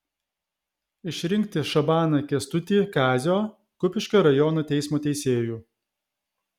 išrinkti šabaną kęstutį kazio kupiškio rajono teismo teisėju